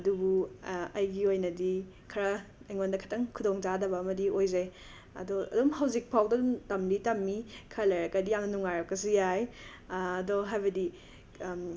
ꯑꯗꯨꯕꯨ ꯑꯩꯒꯤ ꯑꯣꯏꯅꯗꯤ ꯈꯔ ꯑꯩꯉꯣꯟꯗ ꯈꯤꯇꯪ ꯈꯨꯗꯣꯡꯆꯥꯗꯕ ꯑꯃꯗꯤ ꯑꯣꯏꯖꯩ ꯑꯗꯣ ꯑꯗꯨꯝ ꯍꯧꯖꯤꯛꯐꯥꯎꯗ ꯑꯗꯨꯝ ꯇꯝꯗꯤ ꯇꯝꯃꯤ ꯈꯔ ꯂꯩꯔꯒꯗꯤ ꯌꯥꯝꯅ ꯅꯨꯡꯉꯥꯏꯔꯛꯄꯁꯨ ꯌꯥꯏ ꯑꯗꯣ ꯍꯥꯏꯕꯗꯤ